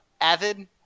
avid